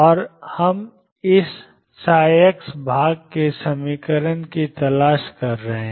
और हम इस xभाग के समीकरण की तलाश कर रहे हैं